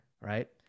right